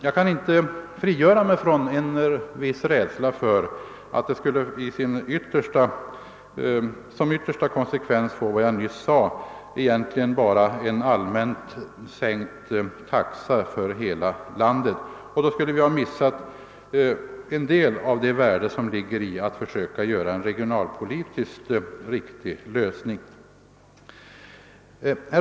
Jag kan inte frigöra mig från en viss rädsla för att vi då som yttersta konsekvens skulle få en allmänt sänkt frakttaxa för hela landet, och då skulle vi ha missat en del av värdet av att åstadkomma en regionalpolitiskt riktig lösning.